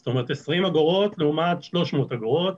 זאת אומרת 20 אגורות לעומת 300 אגורות,